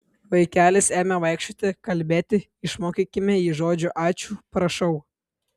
vaikelis ėmė vaikščioti kalbėti išmokykime jį žodžių ačiū prašau